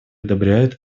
одобряет